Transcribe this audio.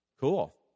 Cool